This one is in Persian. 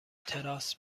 تراس